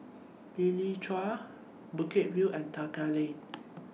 Lichi Avenue Bukit View and Tekka Lane